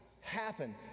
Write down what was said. happen